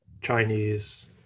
Chinese